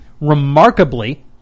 remarkably